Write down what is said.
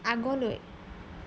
আগলৈ